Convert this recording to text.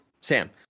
Sam